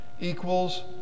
equals